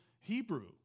Hebrew